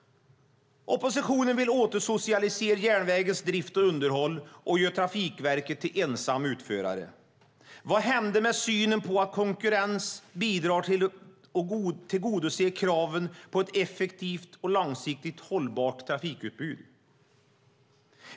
Oppositionen vill återsocialisera järnvägens drift och underhåll och göra Trafikverket till ensam utförare. Vad hände med synen på att konkurrens bidrar till att tillgodose kraven på ett effektivt och långsiktigt hållbart trafikutbud?